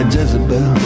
Jezebel